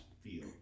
feel